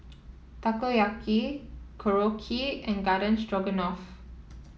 Takoyaki Korokke and Garden Stroganoff